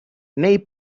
nei